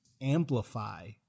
amplify